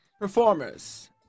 performers